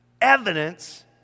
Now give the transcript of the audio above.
evidence